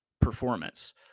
performance